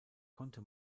konnte